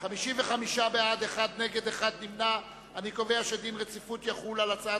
הממשלה על רצונה להחיל דין רציפות על הצעת